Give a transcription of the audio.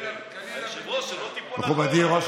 כך ייקרא מעתה שמם,